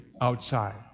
outside